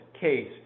case